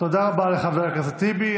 תודה רבה לחבר הכנסת טיבי.